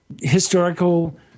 historical